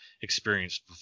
experienced